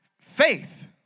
faith